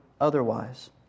otherwise